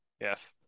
Yes